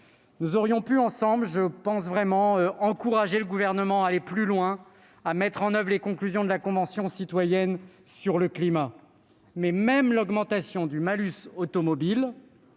Nous aurions pu, ensemble, encourager le Gouvernement à aller plus loin et à mettre en oeuvre les conclusions de la Convention citoyenne pour le climat. Pourtant, même l'augmentation du malus automobile,